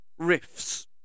riffs